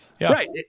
right